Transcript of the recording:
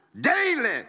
daily